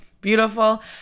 Beautiful